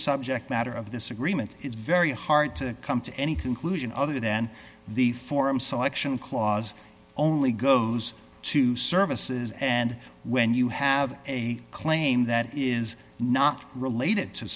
subject matter of this agreement it's very hard to come to any conclusion other than the form selection clause only goes to services and when you have a claim that is not related to